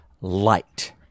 light